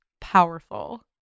powerful